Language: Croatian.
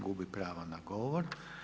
Gubi pravo na govor.